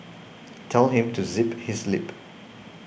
tell him to zip his lip